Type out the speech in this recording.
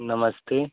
नमस्ते